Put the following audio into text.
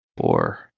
four